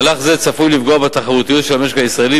מהלך זה צפוי לפגוע בתחרותיות של המשק הישראלי,